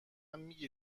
میگی